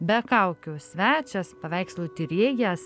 be kaukių svečias paveikslų tyrėjas